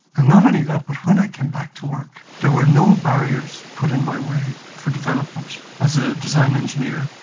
um not only that but when i came back to work there were no barriers put in my way for development as a design engineer,